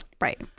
Right